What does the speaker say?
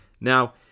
Now